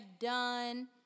done